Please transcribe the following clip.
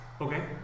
Okay